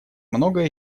многое